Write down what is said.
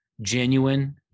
genuine